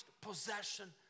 possession